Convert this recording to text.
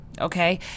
okay